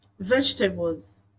Vegetables